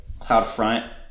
CloudFront